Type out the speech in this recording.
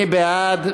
מי בעד?